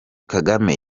kagame